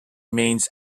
means